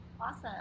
Awesome